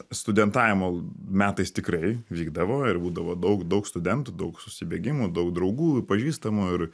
studentavimo metais tikrai vykdavo ir būdavo daug daug studentų daug susibėgimų daug draugų pažįstamų ir